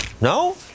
No